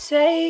Say